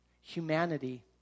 humanity